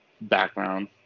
background